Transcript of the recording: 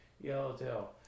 yellowtail